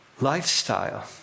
lifestyle